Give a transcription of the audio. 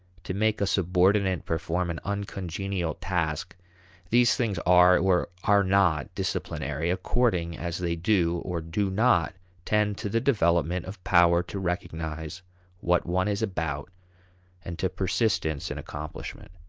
to make a subordinate perform an uncongenial task these things are or are not disciplinary according as they do or do not tend to the development of power to recognize what one is about and to persistence in accomplishment.